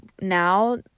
now